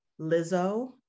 Lizzo